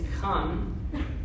come